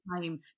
time